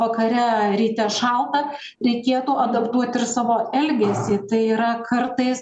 vakare ryte šalta reikėtų adaptuot ir savo elgesį tai yra kartais